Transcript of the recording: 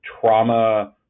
trauma